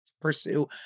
pursue